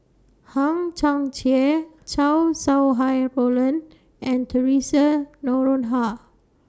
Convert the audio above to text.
Hang Chang Chieh Chow Sau Hai Roland and Theresa Noronha